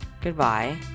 goodbye